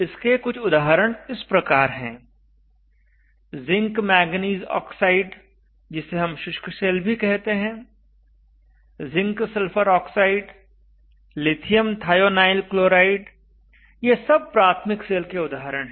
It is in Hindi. इसके कुछ उदाहरण इस प्रकार है ज़िंक मैंगनीज़ ऑक्साइड जिसे हम शुष्क सेल भी कहते हैं zinc silver oxide lithium thionyl chloride ये सब प्राथमिक सेल के उदाहरण हैं